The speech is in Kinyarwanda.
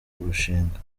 kurushinga